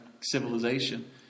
civilization